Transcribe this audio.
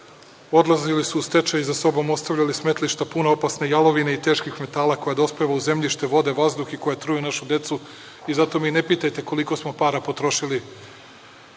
odlazile su u stečaj i za sobom ostavljale smetlišta puna opasne jalovine i teških metala koja dospevaju u zemljište, vode, vazduh i koja truju našu decu. Zato me ne pitajte koliko smo para potrošili